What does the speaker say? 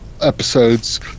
episodes